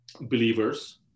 believers